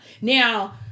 Now